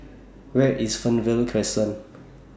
Where IS Fernvale Crescent